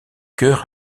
chœur